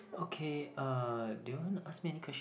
okay uh do you want to ask me any question